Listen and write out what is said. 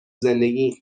زندگیم